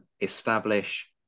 establish